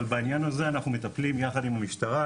אבל בעניין הזה אנחנו מטפלים יחד עם המשטרה,